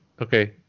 okay